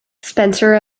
spencer